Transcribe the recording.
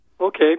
Okay